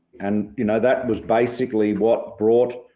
and, you know, that was basically what brought